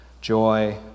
Joy